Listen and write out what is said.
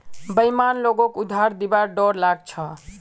बेईमान लोगक उधार दिबार डोर लाग छ